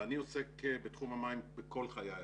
ואני עוסק בתחום המים בכל חיי המקצועיים,